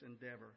endeavor